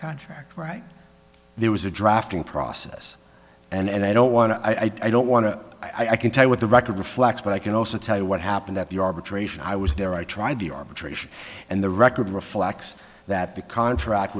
contract right there was a drafting process and i don't want to i don't want to i can tell you what the record reflects but i can also tell you what happened at the arbitration i was there i tried the arbitration and the record reflects that the contract